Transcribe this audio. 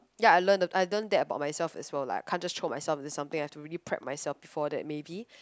ya I learn the I learn that about myself as well lah I can't just throw myself into something I have to really prep myself before that maybe